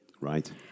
Right